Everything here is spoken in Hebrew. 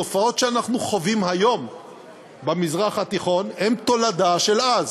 התופעות שאנחנו חווים כיום במזרח התיכון הן תולדה של אז.